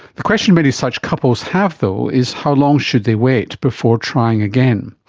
the question many such couples have though is how long should they wait before trying again.